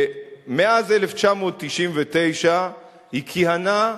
מאז 1999 היא כיהנה,